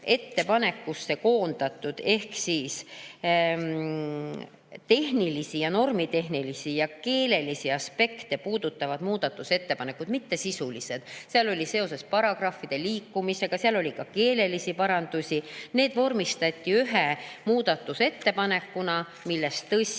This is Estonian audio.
ettepanekusse on koondatud tehnilised, normitehnilised ja keelelisi aspekte puudutavad muudatusettepanekud, mitte sisulised. Seal oli [muudatusi] seoses paragrahvide liikumisega, seal oli keelelisi parandusi. Need vormistati ühe muudatusettepanekuna, milles, tõsi,